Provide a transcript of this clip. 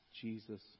Jesus